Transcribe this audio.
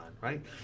right